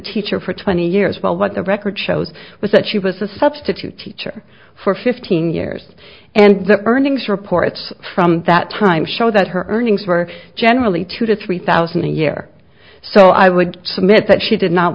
teacher for twenty years well what the record shows was that she was a substitute teacher for fifteen years and the earnings reports from that time show that her earnings were generally two to three thousand a year so i would submit that she did not